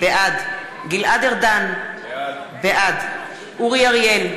בעד גלעד ארדן, בעד אורי אריאל,